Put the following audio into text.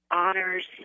honors